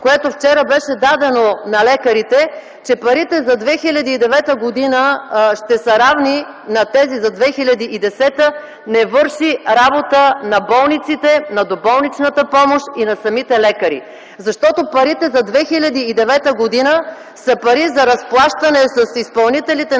което вчера беше дадено на лекарите, че парите за 2009 г. ще са равни на тези за 2010 г. не върши работа на болниците, на доболничната помощ и на самите лекари. Защото парите за 2009 г. са пари за разплащане с изпълнителите на медицински